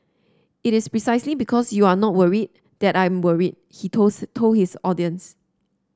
it is precisely because you are not worried that I'm worried he told told his audience